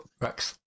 Rex